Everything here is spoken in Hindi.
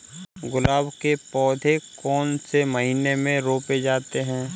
गुलाब के पौधे कौन से महीने में रोपे जाते हैं?